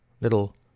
Little